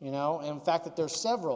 you know in fact that there are several